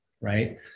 right